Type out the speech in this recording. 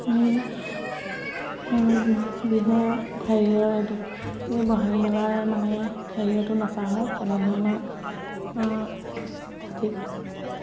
আমি বিহু হেৰিয়ৰ এইটো এই বহঙি মেলাৰ মানে হেৰিয়টো নচা হয় তেনেধৰণৰ ঠিক